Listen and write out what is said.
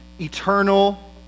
eternal